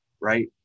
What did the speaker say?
right